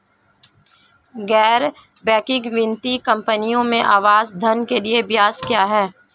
गैर बैंकिंग वित्तीय कंपनियों में आवास ऋण के लिए ब्याज क्या है?